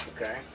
okay